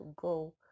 go